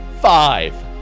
Five